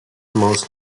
most